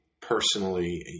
personally